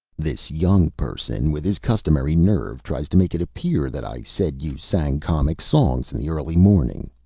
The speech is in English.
this young person, with his customary nerve, tries to make it appear that i said you sang comic songs in the early morning.